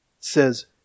says